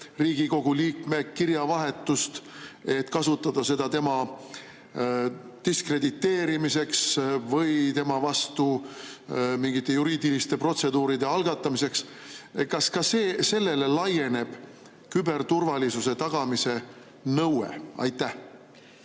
Riigikogu liikme kirjavahetust, et kasutada seda tema diskrediteerimiseks või tema vastu mingite juriidiliste protseduuride algatamiseks, siis ka sellele laieneb küberturvalisuse tagamise nõue? Aitäh,